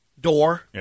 door